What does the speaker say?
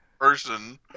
person